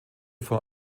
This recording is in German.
vor